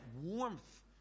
warmth